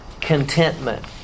contentment